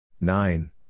Nine